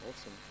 Awesome